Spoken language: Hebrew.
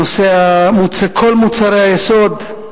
נושא כל מוצרי היסוד,